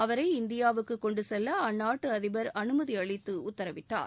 அவரை இந்தியாவுக்கு கொண்டு செல்ல அந்நாட்டு அதிபர் அனுமதி அளித்து உத்தரவிட்டார்